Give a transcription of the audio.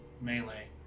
melee